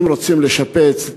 אם רוצים לשפץ,